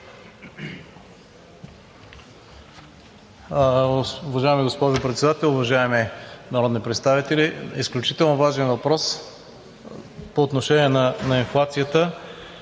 Уважаема госпожо Председател, уважаеми народни представители, изключително важен въпрос по отношение на инфлацията.